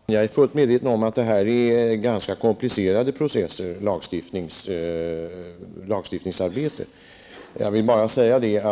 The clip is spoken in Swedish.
Herr talman! Jag är fullt medveten om att lagstiftningsarbetet är en ganska komplicerad process. Avslutningsvis vill jag säga,